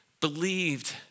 believed